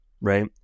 right